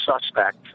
suspect